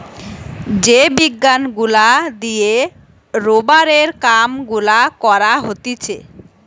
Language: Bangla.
যে বিজ্ঞান গুলা দিয়ে রোবারের কাম গুলা করা হতিছে